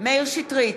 מאיר שטרית,